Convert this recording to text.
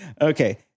Okay